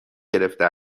گرفته